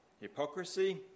hypocrisy